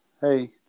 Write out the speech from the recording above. Hey